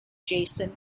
jason